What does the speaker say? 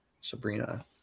Sabrina